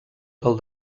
del